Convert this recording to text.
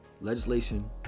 legislation